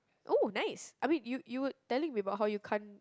oh nice I mean you you would telling me about how you can't